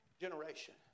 generation